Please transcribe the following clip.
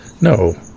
no